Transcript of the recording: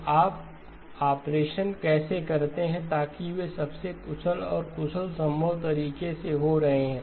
तो आप ऑपरेशन कैसे करते हैं ताकि वे सबसे कुशल और कुशल संभव तरीके से हो रहे हैं